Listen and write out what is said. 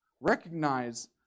Recognize